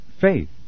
Faith